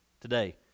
today